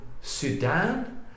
Sudan